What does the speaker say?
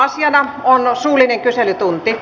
asiana on suullinen kyselytunti